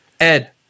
Ed